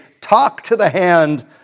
talk-to-the-hand